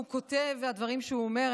כותב ומהדברים שהוא אומר.